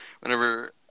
whenever